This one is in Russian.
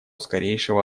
скорейшего